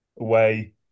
away